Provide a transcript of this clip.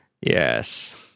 Yes